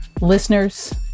Listeners